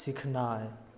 सिखनाइ